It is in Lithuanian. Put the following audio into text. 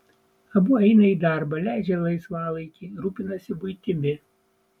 abu eina į darbą leidžia laisvalaikį rūpinasi buitimi